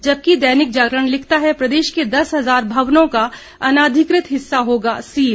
जबकि दैनिक जागरण लिखता है प्रदेश के दस हजार भवनों का अनाधिकृत हिस्सा होगा सील